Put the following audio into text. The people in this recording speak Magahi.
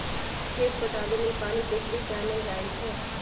खेत पटाबे लेल पानी पोखरि से आनल जाई छै